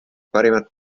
parimad